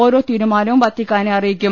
ഓരോ തീരുമാനവും വത്തിക്കാനെ അറിയി ക്കും